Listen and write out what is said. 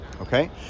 okay